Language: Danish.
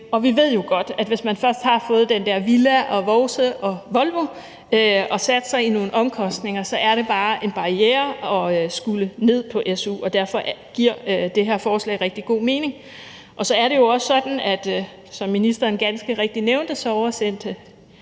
og vi ved jo godt, at hvis først man har fået den der villa, vovse og Volvo og har sat sig i nogle omkostninger, er det bare en barriere at skulle ned på su, og derfor giver det her forslag rigtig god mening. Og så er det jo også sådan, at ministeren, som han ganske rigtig nævnte, oversendte